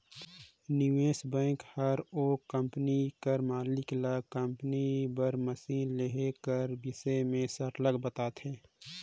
निवेस बेंक हर ओ कंपनी कर मालिक ल कंपनी बर मसीन लेहे कर बिसे में सरलग बताथे